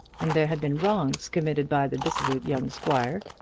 and there had been wrongs committed by the dissolute young squire,